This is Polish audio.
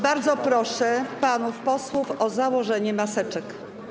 Bardzo proszę panów posłów o założenie maseczek.